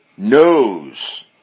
Knows